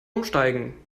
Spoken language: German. umsteigen